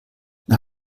man